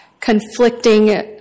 conflicting